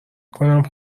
کنم